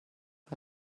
but